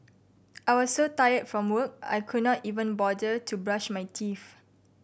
I was so tired from work I could not even bother to brush my teeth